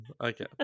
Okay